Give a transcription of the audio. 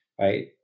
right